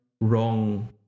wrong